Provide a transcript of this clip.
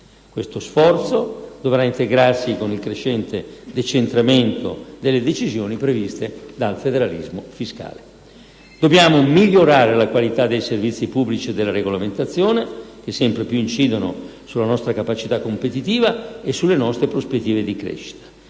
Questo sforzo dovrà integrarsi con il crescente decentramento delle decisioni previste dal federalismo fiscale. Dobbiamo migliorare la qualità dei servizi pubblici e della regolamentazione, che sempre più incidono sulla nostra capacità competitiva e sulle nostre prospettive di crescita.